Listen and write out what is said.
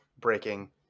breaking